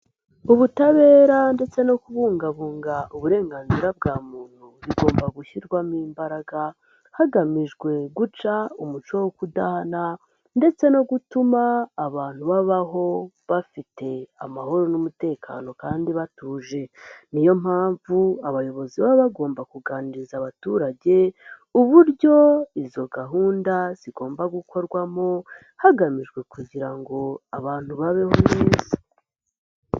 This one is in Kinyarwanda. Ubutabera ndetse no kubungabunga uburenganzira bwa muntu bigomba gushyirwamo imbaraga hagamijwe guca umuco wo kudahana ndetse no gutuma abantu babaho bafite amahoro n'umutekano kandi batuje, niyo mpamvu abayobozi baba bagomba kuganiriza abaturage uburyo izo gahunda zigomba gukorwamo hagamijwe kugira ngo abantu babeho neza.